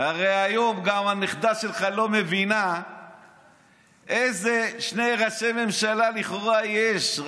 הרי גם היום הנכדה שלך לא מבינה איזה שני ראשי ממשלה לכאורה יש,